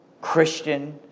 Christian